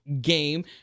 game